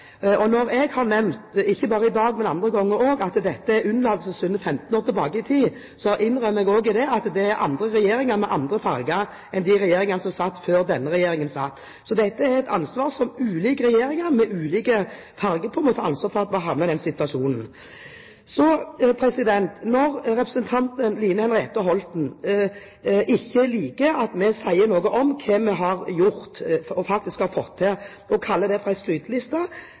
Og når jeg har nevnt, ikke bare i dag, men andre ganger også, at dette er unnlatelsessynder fra 15 år tilbake, så innrømmer jeg med det også at det gjelder andre regjeringer, med andre farger enn de regjeringene som satt før denne regjeringen, hadde. Så ulike regjeringer, med ulike farger, må ta ansvar for at vi har havnet i denne situasjonen. Når representanten Line Henriette Hjemdal ikke liker at vi sier noe om hva vi har gjort – og faktisk har fått til – og kaller det